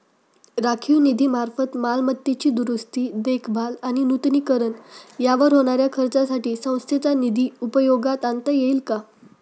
राखीव निधीमार्फत मालमत्तेची दुरुस्ती, देखभाल आणि नूतनीकरण यावर होणाऱ्या खर्चासाठी संस्थेचा निधी उपयोगात आणता येईल का?